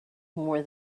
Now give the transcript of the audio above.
more